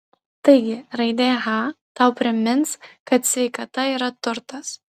taigi raidė h tau primins kad sveikata yra turtas